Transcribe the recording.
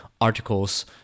articles